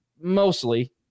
mostly